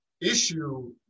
issue